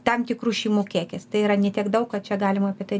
tam tikrų šeimų kiekis tai yra ne tiek daug kad čia galima apie tai